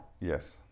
Yes